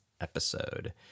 episode